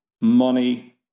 money